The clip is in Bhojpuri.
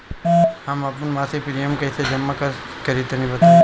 हम आपन मसिक प्रिमियम कइसे जमा करि तनि बताईं?